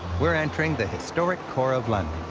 we're entering the historic core of london,